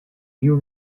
you